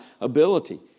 ability